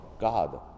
God